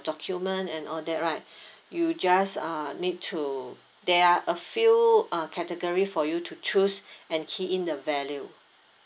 document and all that right you just uh need to there are a few uh category for you to choose and key in the value